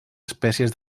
espècies